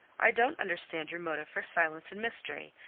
i don't understand your motive for silence and mystery,